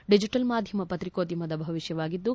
digital ಮಾಧ್ಯಮ ಪತ್ರಿಕೋದ್ಯಮದ ಭವಿಷ್ಣವಾಗಿದ್ದು